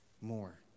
more